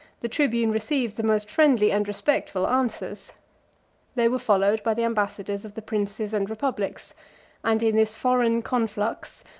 the tribune received the most friendly and respectful answers they were followed by the ambassadors of the princes and republics and in this foreign conflux,